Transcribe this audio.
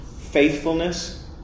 faithfulness